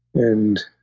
and